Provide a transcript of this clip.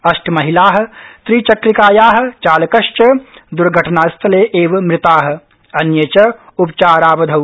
अष्टमहिला त्रिचक्रिकाया चालकश्च दुर्घटनास्थले एव मृता अन्ये च उपचारावधौ